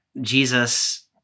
Jesus